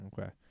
Okay